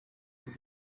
too